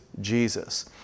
Jesus